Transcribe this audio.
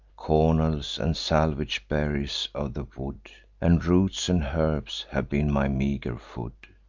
cornels and salvage berries of the wood, and roots and herbs, have been my meager food.